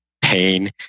pain